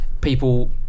people